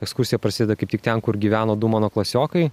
ekskursija prasideda kaip tik ten kur gyveno du mano klasiokai